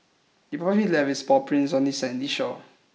the puppy left its paw prints on the sandy shore